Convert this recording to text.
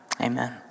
Amen